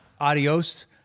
adios